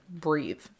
breathe